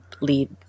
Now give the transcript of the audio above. lead